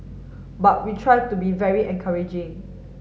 but we try to be very encouraging